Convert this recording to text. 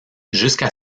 jusqu’à